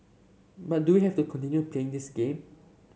but do we have to continue playing this game